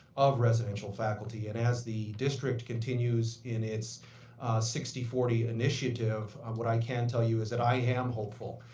of residential faculty. and as the district continues in its sixty forty initiative, what i can tell you is that i am hopeful,